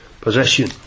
possession